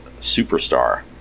superstar